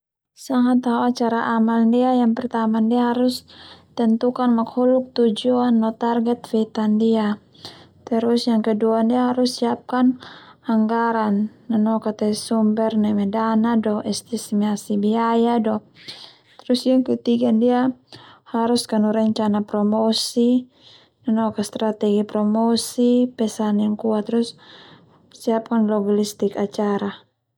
Sanga tao acara amal ndia pertama ndia harus tentukan makhluk tujuan no target feta ndia, terus yang kedua ndia harus siapkan anggaran nanoka te sumber neme dana do estimasi biaya do terus yang ke tiga ndia harus kanu rencana promosi nanoka strategi promosi pesan yang kuat terus siapakan logistik acara.